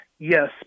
Yes